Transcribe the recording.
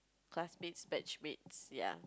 classmates batchmates ya